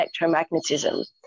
electromagnetism